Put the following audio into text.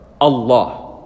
Allah